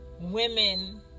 women